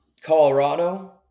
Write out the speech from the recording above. Colorado